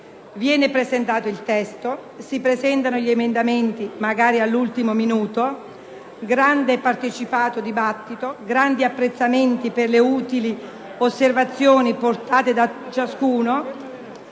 viene presentato il testo; si presentano gli emendamenti (magari all'ultimo minuto); grande e partecipato dibattito; grandi apprezzamenti per le utili osservazioni portate da ciascuno;